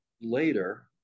later